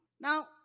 Now